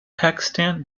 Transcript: pakistan